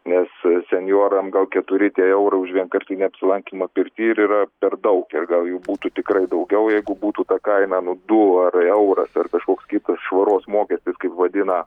nes senjoram gal keturi tie eurai už vienkartinį apsilankymą pirty ir yra per daug ir gal jų būtų tikrai daugiau jeigu būtų ta kaina nu du ar euras ar kažkoks kitas švaros mokestis kaip vadina